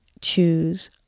choose